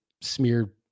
smeared